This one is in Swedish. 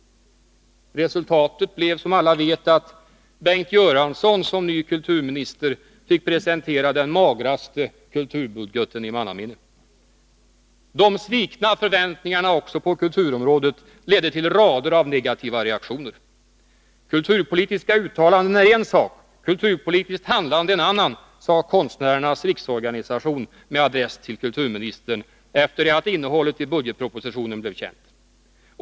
Resultatet blev som alla vet att Bengt Göransson som ny kulturminister fick presentera den magraste kulturbudgeten i mannaminne. De svikna förväntningarna också på kulturområdet ledde till rader av negativa reaktioner. ”Kulturpolitiska uttalanden är en sak, kulturpolitiskt handlande en annan”, sade konstnärernas riksorganisation med adress till kulturministern, sedan innehållet i budgetpropositionen hade blivit känt.